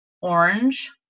orange